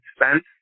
expense